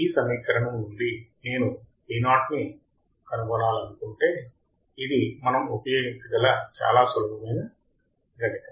ఈ సమీకరణం నుండి నేను Vo ని కనుగొనాలనుకుంటే ఇది మనం ఉపయోగించగల చాలా సులభమైన గణితం